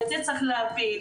ואת זה צריך להבין.